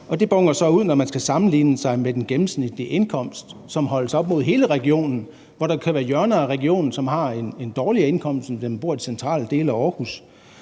det boner så ud, når man skal sammenligne sig med den gennemsnitlige indkomst, som holdes op mod hele regionen, hvor der kan være hjørner af regionen, som har en dårligere indkomst end dem, der bor i de centrale dele af Aarhus.